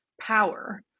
power